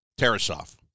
Tarasov